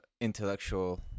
intellectual